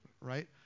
Right